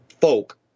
folk